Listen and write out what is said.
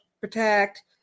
protect